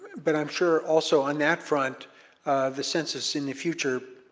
but i'm sure also, on that front of the census, in the future,